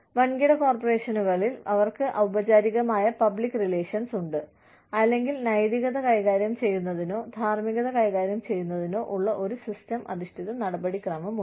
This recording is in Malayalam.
വൻകിട കോർപ്പറേഷനുകളിൽ അവർക്ക് ഔപചാരികമായ പബ്ലിക് റിലേഷൻസ് ഉണ്ട് അല്ലെങ്കിൽ നൈതികത കൈകാര്യം ചെയ്യുന്നതിനോ ധാർമ്മികത കൈകാര്യം ചെയ്യുന്നതിനോ ഉള്ള ഒരു സിസ്റ്റം അധിഷ്ഠിത നടപടിക്രമമുണ്ട്